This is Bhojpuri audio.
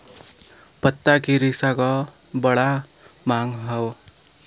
पत्ता के रेशा क बड़ा मांग हौ